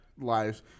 lives